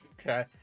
Okay